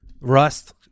Rust